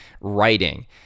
writing